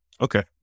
Okay